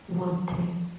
wanting